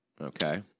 Okay